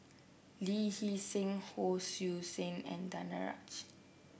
Lee Hee Seng Hon Sui Sen and Danaraj